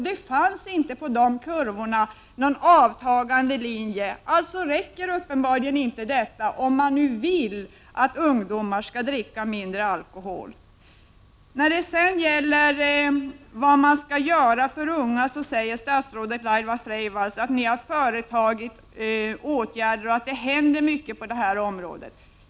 Det syntes inte på kurvorna någon avtagande tendens. Det räcker därför uppenbarligen inte med att Athena, aktionsgruppen för minskning av alkoholkonsumtionen hos unga, om man nu vill att ungdomar skall dricka mindre alkohol. När det gäller frågan om vad man skall göra för de unga säger statsrådet Laila Freivalds att regeringen vidtagit åtgärder och att det händer mycket på detta område.